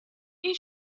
این